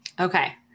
Okay